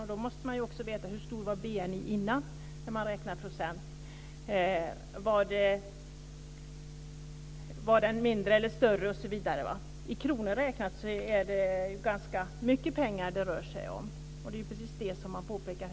Men då måste man också veta hur stor BNI var innan när man räknar procent. Var den mindre eller större osv.? I kronor räknat är det ganska mycket pengar det rör sig om, och det är precis det som man påpekar.